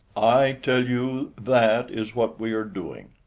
i tell you that is what we are doing,